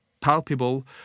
palpable